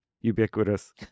ubiquitous